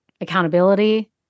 accountability